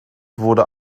wurde